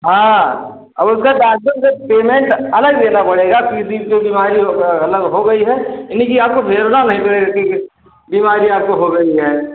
हाँ और उसका डॉक्टर का पेमेंट अलग देना पड़ेगा टी वी की बीमारी हो अगर हो गई है ये नही कि आपको भेजना नही पड़ेगा टी वी की बीमारी आपको हो गई है